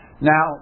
Now